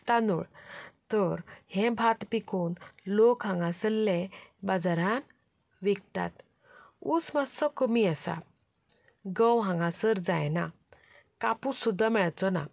तांदूळ तर हें भात पिकोवन लोक हांगासरले बाजारांत विकतात उस मातसो कमी आसा गंव हांगासर जायना कापूस सुद्दां मेळचो ना